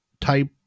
type